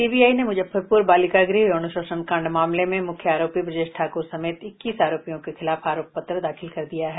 CBI ने मुजफ्फरपुर बालिका गृह यौन शोषण कांड मामले में मुख्य आरोपी ब्रजेश ठाकूर समेत इक्कीस आरोपियों के खिलाफ आरोप पत्र दाखिल कर दिया है